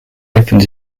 opened